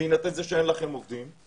בהינתן זה שאין לכם עובדים,